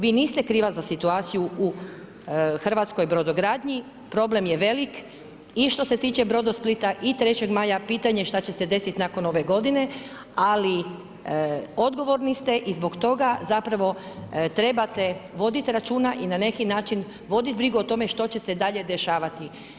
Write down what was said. Vi niste krivac za situaciju u hrvatskoj brodogradnji, problem je velik i što se tiče Brodosplita i Trećeg maja, pitanje šta će se desiti nakon ove godine, ali odgovorni ste i zbog toga zapravo trebate voditi računa i na neki način voditi brigu što će se dalje dešavati.